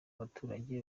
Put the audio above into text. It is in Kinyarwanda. abaturage